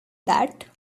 that